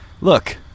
look